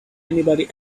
anybody